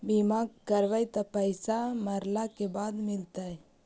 बिमा करैबैय त पैसा मरला के बाद मिलता?